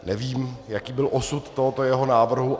Nevím, jaký byl osud tohoto jeho návrhu.